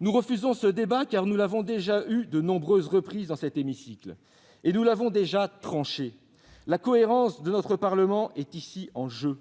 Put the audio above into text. Nous refusons ce débat, car nous l'avons déjà eu à de nombreuses reprises dans cet hémicycle et nous l'avons déjà tranché. La cohérence de notre Parlement est ici en jeu.